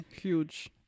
Huge